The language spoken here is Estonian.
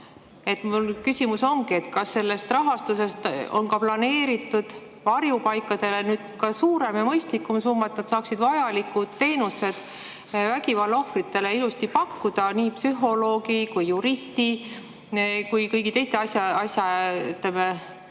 Mu küsimus ongi, et kas sellest rahastusest on planeeritud varjupaikadele suurem ja mõistlikum summa, et nad saaksid vajalikke teenuseid vägivalla ohvritele ilusti pakkuda nii psühholoogi, nii juristi kui ka kõigi teiste asjapulkade